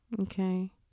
Okay